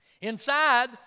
Inside